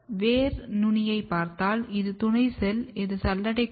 வேர் நுனியைப் பார்த்தால் இது துணை செல் இது சல்லடை கூறு